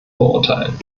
verurteilen